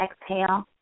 exhale